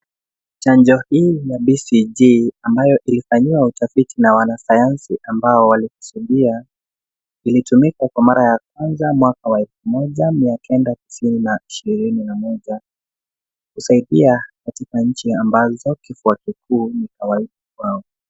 Chanjo hii ya BCG, ambayo ilifanyiwa utafiti na wanasayansi ambao walikusudia, ilitumika kwa mara ya kwanza mwaka wa elfu moja mia kenda tisini na ishirini na moja. Kusaidia katika nchi ambazo kifua kikuu ni kawaida kwao.